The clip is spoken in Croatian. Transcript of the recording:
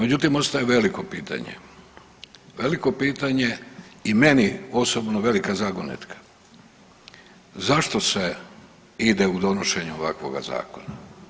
Međutim, ostaje veliko pitanje, veliko pitanje i meni osobno velika zagonetka zašto se ide u donošenje ovakvoga zakona.